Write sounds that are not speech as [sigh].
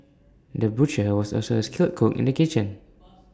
the butcher was also A skilled cook in the kitchen [noise]